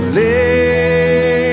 lay